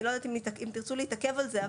אני לא יודעת אם תרצו להתעכב על זה.